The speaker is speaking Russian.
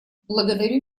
благодарю